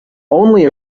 only